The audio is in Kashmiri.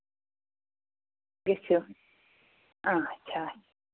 گٔژھِو آچھا اَچھ